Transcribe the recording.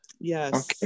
Yes